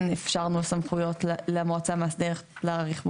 כן אפשרנו סמכויות למועצה המאסדרת להאריך מועדים,